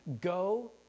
Go